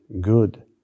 good